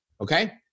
Okay